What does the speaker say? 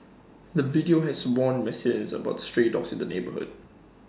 the video has warned residents about the stray dogs in the neighbourhood